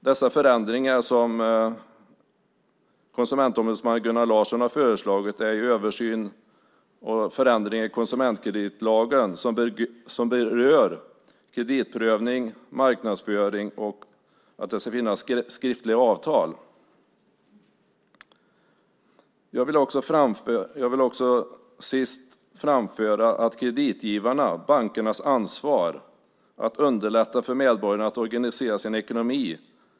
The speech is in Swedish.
De förändringar som konsumentombudsman Gunnar Larsson har föreslagit är översyn och förändring i konsumentkreditlagen som berör kreditprövning, marknadsföring och att det ska finnas skriftliga avtal. Jag vill avslutningsvis framföra att det är kreditgivarnas och bankernas ansvar att underlätta för medborgarna att organisera sin ekonomi.